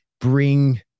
bring